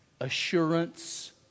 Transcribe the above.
Assurance